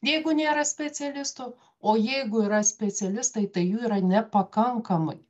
jeigu nėra specialistų o jeigu yra specialistai tai jų yra nepakankamai